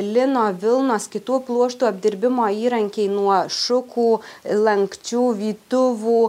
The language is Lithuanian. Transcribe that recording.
lino vilnos kitų pluoštų apdirbimo įrankiai nuo šukų lankčių vytuvų